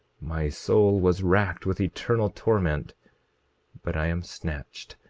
my soul was racked with eternal torment but i am snatched,